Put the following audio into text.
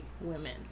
women